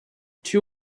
two